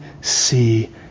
see